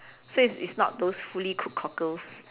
so is not those fully cooked cockles